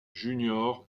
junior